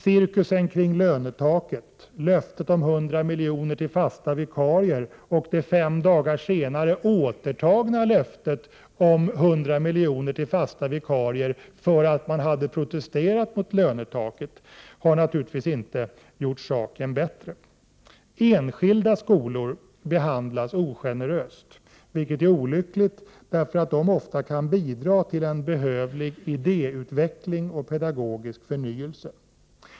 Cirkusen kring lönetaket, löftet om 100 milj.kr. till fasta lärarvikarier och det fem dagar senare återtagna löftet om 100 miljoner till fasta vikarier, därför att man har protester mot lönetaket, har naturligtvis inte gjort saken bättre. = Enskilda skolor behandlas ogeneröst, vilket är olyckligt därför att de ofta kan bidra till en behövlig idéutveckling och pedagogisk förnyelse.